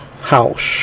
house